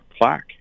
plaque